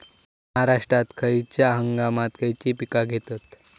महाराष्ट्रात खयच्या हंगामांत खयची पीका घेतत?